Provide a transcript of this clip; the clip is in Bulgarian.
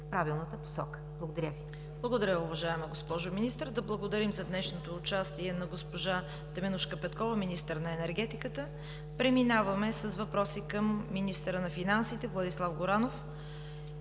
ЦВЕТА КАРАЯНЧЕВА: Благодаря Ви, уважаема госпожо Министър. Да благодарим за днешното участие на госпожа Теменужка Петкова – министър на енергетиката. Преминаваме с въпроси към министъра на финансите Владислав Горанов.